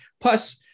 Plus